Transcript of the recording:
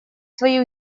свои